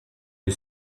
you